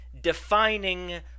defining